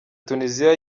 tunisia